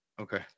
Okay